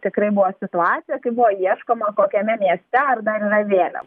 tikrai buvo situacija kai buvo ieškoma kokiame mieste ar dar yra vėliav